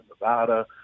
Nevada